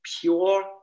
pure